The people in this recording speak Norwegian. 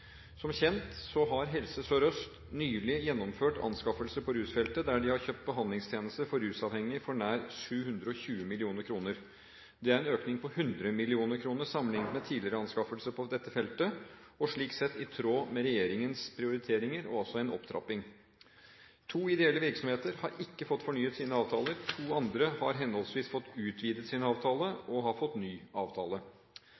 Som kjent har Helse Sør-Øst nylig gjennomført anskaffelser på rusfeltet, der de har kjøpt behandlingstjenester for rusavhengige for nær 720 mill. kr. Det er en økning på 100 mill. kr sammenliknet med tidligere anskaffelser på dette feltet, og slik sett i tråd med regjeringens prioriteringer, og altså en opptrapping. To ideelle virksomheter har ikke fått fornyet sine avtaler, to andre har henholdsvis fått utvidet sin